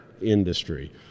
industry